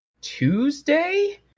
Tuesday